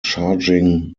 charging